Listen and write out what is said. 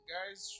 Guys